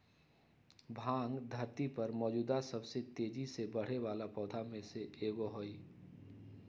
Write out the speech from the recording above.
भांग धरती पर मौजूद सबसे तेजी से बढ़ेवाला पौधा में से एगो हई